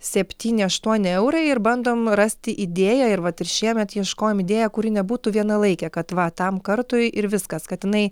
septyni aštuoni eurai ir bandom rasti idėją ir vat ir šiemet ieškojom idėją kuri nebūtų vienalaikė kad va tam kartui ir viskas kad jinai